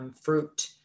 fruit